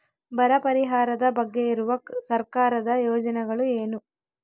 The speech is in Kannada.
ಬರ ಪರಿಹಾರದ ಬಗ್ಗೆ ಇರುವ ಸರ್ಕಾರದ ಯೋಜನೆಗಳು ಏನು?